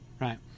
right